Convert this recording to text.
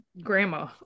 Grandma